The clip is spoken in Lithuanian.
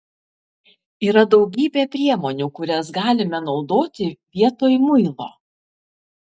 yra daugybė priemonių kurias galime naudoti vietoj muilo